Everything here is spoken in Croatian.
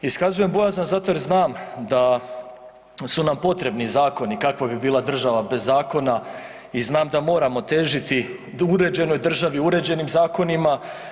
Iskazujem bojazan zato jer znam da su nam potrebni zakoni, kakva bi bila država bez zakona i znam da moramo težiti uređenoj državi, uređenim zakonima.